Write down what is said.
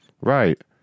Right